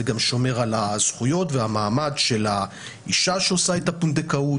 על הזכויות והמעמד של האישה שעושה את הפונדקאות,